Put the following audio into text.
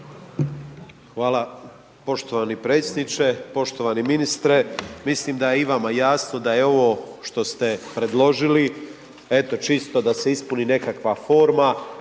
Hvala, poštovani predsjedničke, poštovani ministre, mislim da je i vama jasno da je ovo što ste predložili eto čisto da se ispuni nekakva forma,